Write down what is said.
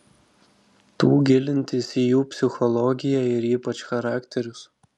tų gilintis į jų psichologiją ir ypač charakterius